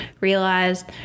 realized